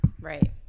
Right